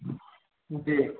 जी